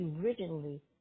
originally